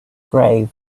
grave